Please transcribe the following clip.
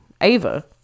Ava